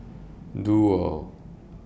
Duo